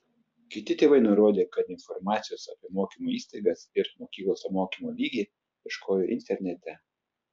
kiti tėvai nurodė kad informacijos apie mokymo įstaigas ir mokyklos mokymo lygį ieškojo internete